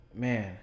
man